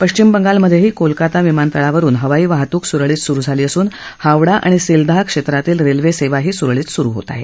पश्विम बंगालमधेही कोलकाता विमानतळावरून हवाई वाहतूक सुरळीत सुरु झाली असून हावडा आणि सिलदाह क्षेत्रातील रेल्वेसेवाही सुरळीत सुरु होत आहे